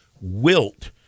wilt